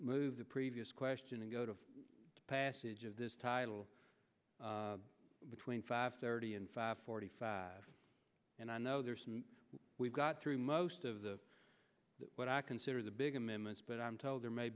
move the previous question and go to passage of this title between five thirty and five forty five and i know they're we've got through most of the what i consider the big amendments but i'm told there may